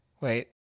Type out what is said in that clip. wait